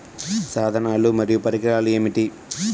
సాధనాలు మరియు పరికరాలు ఏమిటీ?